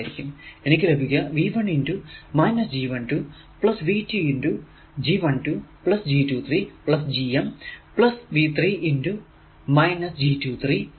എനിക്ക് ലഭിക്കുക V 1 × G 1 2 V 2 × G 1 2 G 2 3 gm V 3 × G 2 3 G m എന്നത് 0 ആയിരിക്കും